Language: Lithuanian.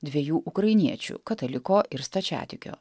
dviejų ukrainiečių kataliko ir stačiatikio